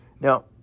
Now